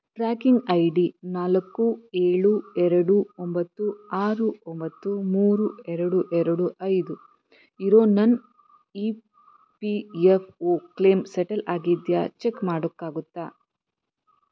tracking I D ನಾಲ್ಕು ಏಳು ಎರಡು ಒಂಬತ್ತು ಆರು ಒಂಬತ್ತು ಮೂರು ಎರಡು ಎರಡು ಐದು ಇರೋ ನನ್ನ E P F O claim settle ಆಗಿದೆಯಾ ಚೆಕ್ ಮಾಡೋಕ್ಕಾಗುತ್ತಾ